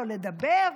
לא לדבר,